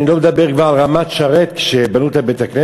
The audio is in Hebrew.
אני לא מדבר כבר על רמת-שרת, כשבנו את בית-הכנסת,